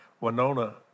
Winona